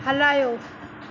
हलायो